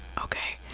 okay?